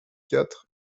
quatre